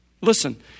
Listen